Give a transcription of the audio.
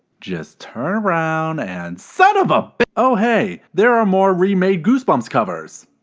just turn around and son of a, oh hey, there are more remade goosebumps covers.